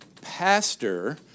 pastor